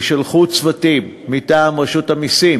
יישלחו צוותים מטעם רשות המסים